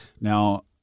Now